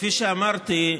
כפי שאמרתי,